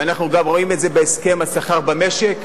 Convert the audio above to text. ואנחנו גם רואים את זה בהסכם השכר במשק.